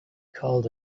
called